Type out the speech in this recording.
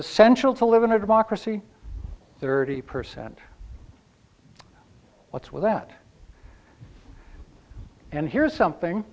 essential to live in a democracy thirty percent what's with that and here's something